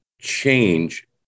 change